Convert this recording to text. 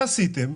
מה עשיתם?